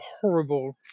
horrible